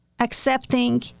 accepting